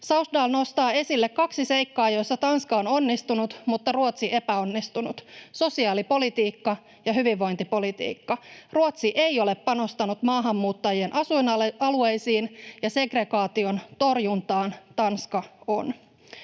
Sausdal nostaa esille kaksi seikkaa, joissa Tanska on onnistunut mutta Ruotsi epäonnistunut: sosiaalipolitiikka ja hyvinvointipolitiikka. Ruotsi ei ole panostanut maahanmuuttajien asuinalueisiin ja segregaation torjuntaan, Tanska on.